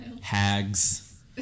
hags